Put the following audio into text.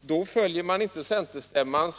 det argumentet kan man inte komma från beslutet på centerstämman.